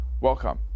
welcome